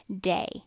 day